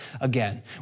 again